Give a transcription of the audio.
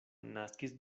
naskis